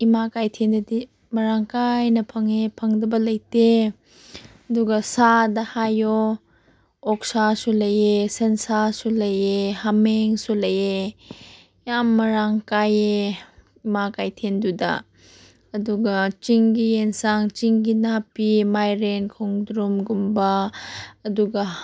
ꯏꯃꯥ ꯀꯩꯊꯦꯜꯗꯗꯤ ꯃꯔꯥꯡ ꯀꯥꯏꯅ ꯐꯪꯉꯦ ꯐꯪꯗꯕ ꯂꯩꯇꯦ ꯑꯗꯨꯒ ꯁꯥꯗ ꯍꯥꯏꯌꯣ ꯑꯣꯛꯁꯥꯁꯨ ꯂꯩꯌꯦ ꯁꯟꯁꯥꯁꯨ ꯂꯩꯌꯦ ꯍꯥꯃꯤꯡꯁꯨ ꯂꯩꯌꯦ ꯌꯥꯝ ꯃꯔꯥꯡ ꯀꯥꯏꯌꯦ ꯏꯃꯥ ꯀꯩꯊꯦꯜꯗꯨꯗ ꯑꯗꯨꯒ ꯆꯤꯡꯒꯤ ꯑꯦꯟꯁꯥꯡ ꯆꯤꯡꯒꯤ ꯅꯥꯄꯤ ꯃꯥꯏꯔꯦꯟ ꯈꯣꯡꯗ꯭ꯔꯨꯝꯒꯨꯝꯕ ꯑꯗꯨꯒ